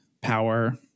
power